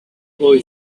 boy